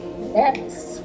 Yes